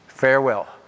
farewell